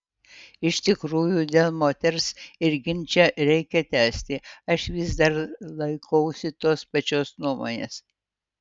iš tikrųjų dėl moters ir ginčą reikia tęsti aš vis dar laikausi tos pačios nuomonės